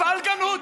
פלגנות.